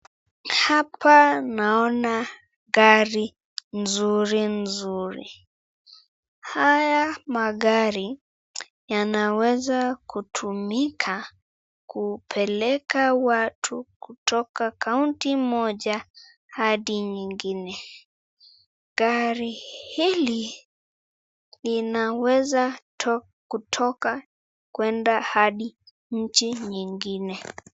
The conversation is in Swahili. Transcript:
Hapa naona gari nzuri, haya magari yanaweza kutumika kupeleka watu kutoka kaunti moja hadi nyingine, gari hili linaweza kutoka kwenda hadi nyingine.